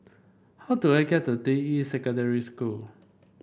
how do I get to Deyi Secondary School